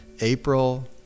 April